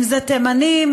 תימנים,